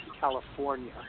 california